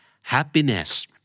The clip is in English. happiness